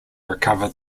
recover